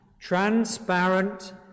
transparent